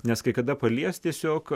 nes kai kada palies tiesiog